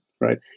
right